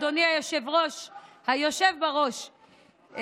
אדוני היושב-ראש, היושב בראש,